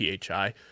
phi